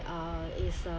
uh is a